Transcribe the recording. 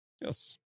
Yes